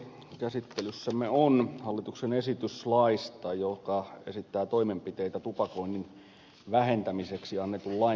käsittelyssämme on hallituksen esitys laista joka esittää toimenpiteitä tupakoinnin vähentämiseksi annetun lain muuttamiseksi